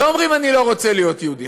לא אומרים: אני לא רוצה להיות יהודי.